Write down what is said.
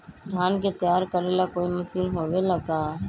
धान के तैयार करेला कोई मशीन होबेला का?